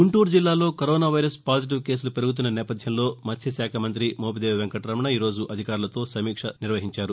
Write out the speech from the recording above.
గుంటూరు జిల్లాలో corona virus positive కేసులు పెరుగుతున్న నేపథ్యంలో మత్స్యశాఖ మంతి మోపిదేవి వెంకటరమణ ఈరోజు అధికారులతో సమీక్ష నిర్వహించారు